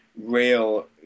real